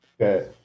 Okay